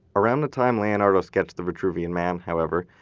around the time leonardo sketched the vitruvian man, however,